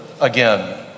again